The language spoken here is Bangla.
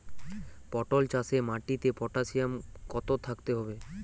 পটল চাষে মাটিতে পটাশিয়াম কত থাকতে হবে?